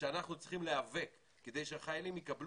שאנחנו צריכים להיאבק כדי שהחיילים יקבלו